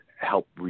help